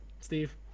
Steve